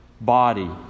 body